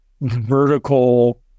vertical